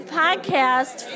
podcast